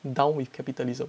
down with capitalism